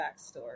backstory